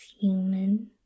human